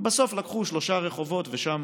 ובסוף לקחו שלושה רחובות, ושם